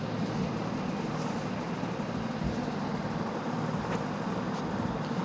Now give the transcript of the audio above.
भेड़ कर्तन प्रक्रिया है जेकर द्वारा है ऊनी ऊन एगो की भेड़ कट जा हइ